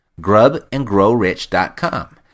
grubandgrowrich.com